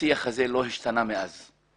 והשיח הזה לא השתנה במשך שנים אלה.